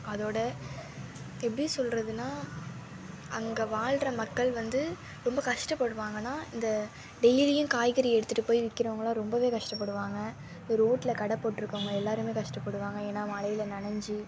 அதோட எப்படி சொல்கிறதுன்னா அங்கே வாழ்கிற மக்கள் வந்து ரொம்ப கஷ்டப்படுவாங்கனா இந்த டெய்லியும் காய்கறி எடுத்துட்டு போய் விக்கிறவங்கள்லாம் ரொம்ப கஷ்டப்படுவாங்க இப்போ ரோட்டில் கடை போட்ருக்கவங்க எல்லாரும் கஷ்டப்படுவாங்க ஏன்னா மழையில நனைஞ்சி